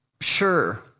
Sure